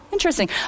Interesting